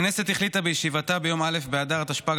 הכנסת החליטה בישיבתה ביום א' באדר התשפ"ג,